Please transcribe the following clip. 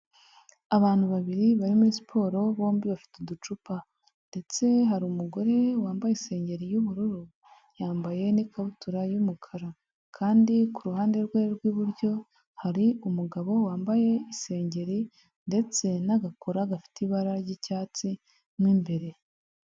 Abantu babiri bari muri siporo bombi bafite uducupa, ndetse hari umugore wambaye isengeri y'ubururu, yambaye n'ikabutura y'umukara, kandi ku ruhande rwe rw'iburyo, hari umugabo wambaye isengeri, ndetse n'agakora gafite ibara ry'icyatsi mo imbere.